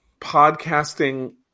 podcasting